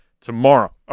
tomorrow